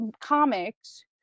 comics